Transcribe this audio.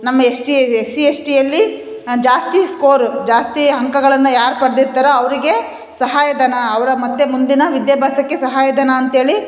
ನಮ್ಮ ಎಕ್ಸ್ಟಿ S C S ಟಿಯಲ್ಲಿ ಜಾಸ್ತಿ ಸ್ಕೋರ್ ಜಾಸ್ತಿ ಅಂಕಗಳನ್ನು ಯಾರು ಪಡೆದಿರ್ತಾರೋ ಅವ್ರಿಗೆ ಸಹಾಯಧನ ಅವರ ಮತ್ತೆ ಮುಂದಿನ ವಿದ್ಯಾಭ್ಯಾಸಕ್ಕೆ ಸಹಾಯಧನ ಅಂತೇಳಿ